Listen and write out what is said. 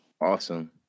Awesome